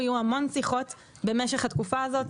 המון שיחות טלפוניות במשך התקופה הזאת.